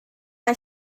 mai